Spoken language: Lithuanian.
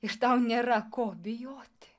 ir tau nėra ko bijoti